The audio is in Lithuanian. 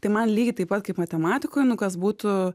tai man lygiai taip pat kaip matematikoj nu kas būtų